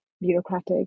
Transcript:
bureaucratic